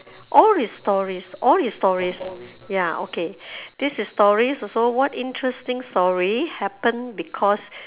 all is stories all is stories ya okay this is stories also what interesting story happen because